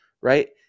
right